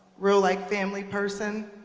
real like family person,